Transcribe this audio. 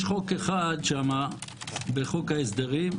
יש חוק אחד בחוק ההסדרים,